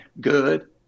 Good